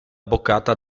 boccata